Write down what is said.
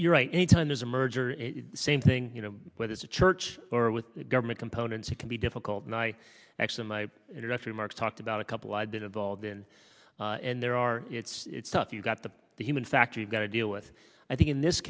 you're right any time there's a merger same thing you know whether it's a church or with government components it can be difficult and i actually my direct remarks talked about a couple i've been involved in and there are it's it's tough you've got the human factor you've got to deal with i think in this